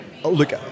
Look